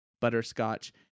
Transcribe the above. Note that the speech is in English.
butterscotch